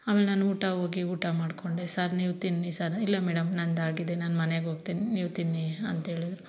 ಆಮೇಲೆ ನಾನು ಊಟ ಹೋಗಿ ಊಟ ಮಾಡಿಕೊಂಡೆ ಸರ್ ನೀವು ತಿನ್ನಿ ಸರ್ ಇಲ್ಲ ಮೇಡಮ್ ನನ್ನದು ಆಗಿದೆ ನಾನು ಮನೆಗೆ ಹೋಗ್ತೀನಿ ನೀವು ತಿನ್ನಿ ಅಂತ ಹೇಳಿದರು